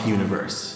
Universe